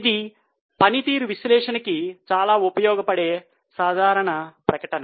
ఇది పనితీరు విశ్లేషణకి చాలా ఉపయోగపడే సాధారణ ప్రకటన